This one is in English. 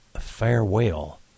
Farewell